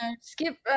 Skip